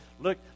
look